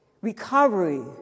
recovery